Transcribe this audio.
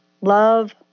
Love